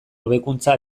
hobekuntza